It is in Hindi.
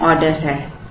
तो n ऑर्डर हैं